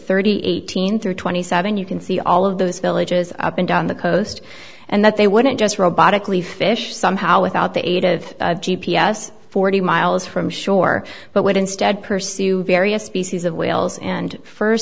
thirty eighteen through twenty seven you can see all of those villages up and down the coast and that they wouldn't just robotically fish somehow without the aid of g p s forty miles from shore but would instead pursue various species of whales and first